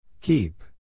Keep